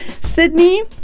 Sydney